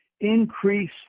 increase